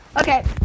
Okay